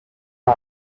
him